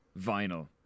vinyl